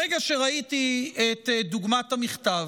ברגע שראיתי את דוגמת המכתב,